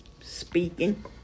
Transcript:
speaking